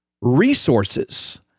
resources